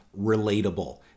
relatable